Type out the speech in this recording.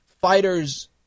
fighters